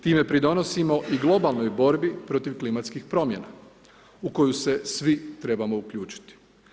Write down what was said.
Time pridonosimo i globalnoj borbi protiv klimatskih promjena u koju se svi trebamo uključiti.